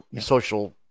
social